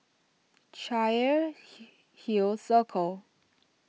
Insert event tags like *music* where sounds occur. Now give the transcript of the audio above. *unintelligible* hill Circle